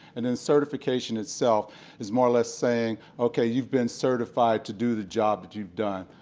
and then certification itself is more or less saying okay, you've been certified to do the job that you've done.